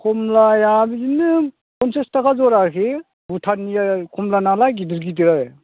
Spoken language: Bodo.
खमलाया बिदिनो फन्सास थाखा जरा आरोखि भुटाननि खमला नालाय गिदिर गिदिर आरो